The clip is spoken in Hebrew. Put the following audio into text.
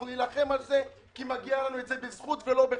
אנחנו נלחם על זה כי מגיע לנו את זה בזכות ולא בחסד.